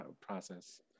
process